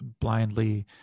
blindly